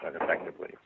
effectively